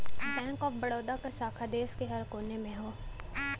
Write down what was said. bank of Baroda क शाखा देश के हर कोने में हौ